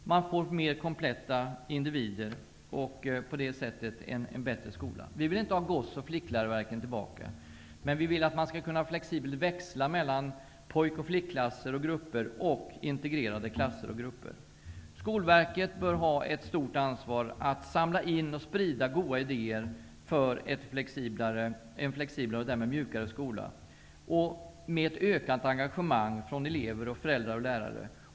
Man får då mer kompletta individer och på det sättet en bättre skola. Vi vill inte ha goss och flickläroverken tillbaka, men vi vill att man skall kunna flexibelt växla mellan pojkoch flickklasser och grupper och integrerade klasser och grupper. Skolverket bör ha ett stort ansvar när det gäller att samla in och sprida goda idéer för en flexiblare och därmed mjukare skola med ett ökat engagemang från elever, föräldrar och lärare.